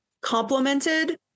complemented